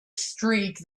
streak